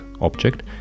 object